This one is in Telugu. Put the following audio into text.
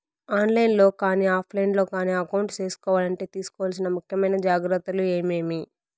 ఆన్ లైను లో కానీ ఆఫ్ లైను లో కానీ అకౌంట్ సేసుకోవాలంటే తీసుకోవాల్సిన ముఖ్యమైన జాగ్రత్తలు ఏమేమి?